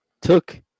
took